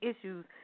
issues